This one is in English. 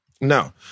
No